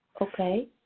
Okay